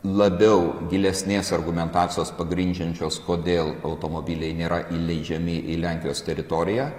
labiau gilesnės argumentacijos pagrindžiančios kodėl automobiliai nėra įleidžiami į lenkijos teritoriją